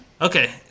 Okay